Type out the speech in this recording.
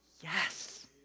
Yes